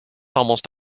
almost